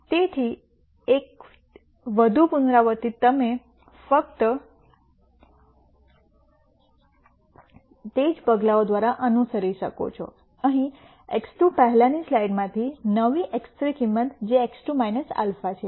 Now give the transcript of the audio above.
તેથી એક વધુ પુનરાવૃત્તિ તમે ફક્ત તે જ પગલાઓ દ્વારા અનુસરી શકો છો અહીં x2 પહેલાની સ્લાઈડમાંથી નવી x3 કિંમત જે x2 α છે